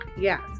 yes